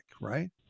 right